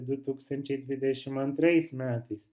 du tūkstančiai dvidešimt antrais metais